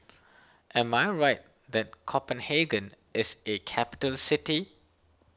am I right that Copenhagen is a capital city